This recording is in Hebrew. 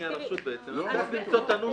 צריך למצוא את הנוסח.